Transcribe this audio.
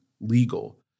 legal